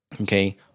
Okay